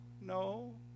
no